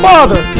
Father